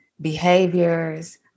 behaviors